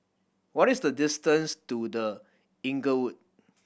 what is the distance to The Inglewood